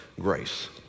grace